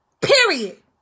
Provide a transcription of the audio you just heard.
period